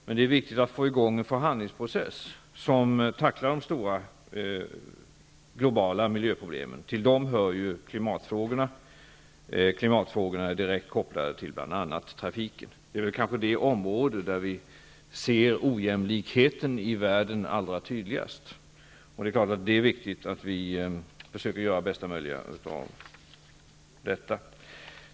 Men det är viktigt att få i gång en förhandlingsprocess, där de stora globala miljöproblemen tacklas. Till dem hör klimatfrågorna. Klimatfrågorna är direkt kopplade till bl.a. trafiken. Det är kanske det område där vi allra tydligast ser ojämlikheten i världen. Det är viktigt att vi försöker göra det bästa möjliga av detta.